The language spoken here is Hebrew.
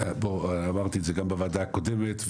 אמרתי את זה גם בוועדה הקודמת,